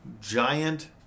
giant